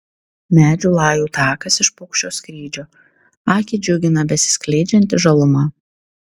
medžių lajų takas iš paukščio skrydžio akį džiugina besiskleidžianti žaluma